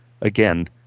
Again